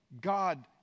God